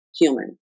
human